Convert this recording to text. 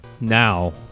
now